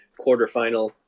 quarterfinal